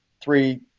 three